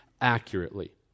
accurately